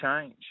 change